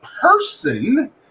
person